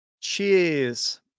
Cheers